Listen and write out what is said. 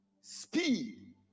Speed